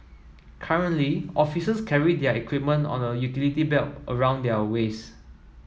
currently officers carry their equipment on a utility belt around their waists